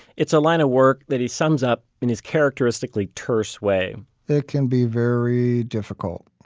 it's a line of work that he sums up in his characteristically terse way it can be very difficult.